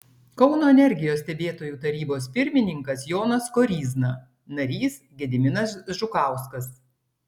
kauno energijos stebėtojų tarybos pirmininkas jonas koryzna narys gediminas žukauskas